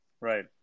Right